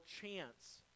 chance